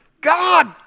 God